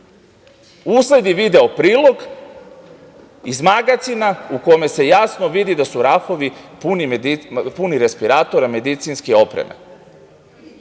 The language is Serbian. usledi video prilog iz magacina u kome se jasno vidi da su rafovi puni respiratora, medicinske opreme,